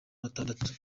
batandatu